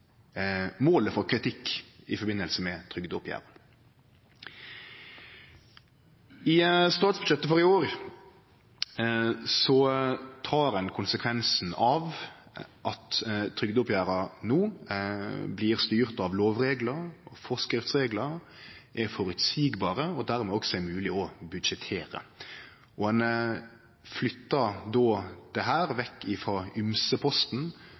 målet for kritikk i forbindelse med trygdeoppgjer. I statsbudsjettet for i år tek ein konsekvensen av at trygdeoppgjera no blir styrte av lovreglar, forskriftsreglar, er føreseielege og dermed også moglege å budsjettere. Ein flyttar dette vekk frå ymseposten og over på postane der det